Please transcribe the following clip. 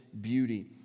beauty